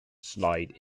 slide